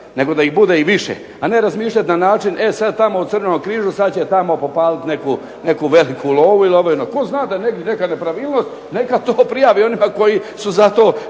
nego da ih bude i više. A ne razmišljati na način e sada tamo u Crvenom križu sada će tamo popaliti neku veliku lovu. Tko zna da je neka nepravilnost neka to prijavi onima koji su za to